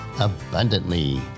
abundantly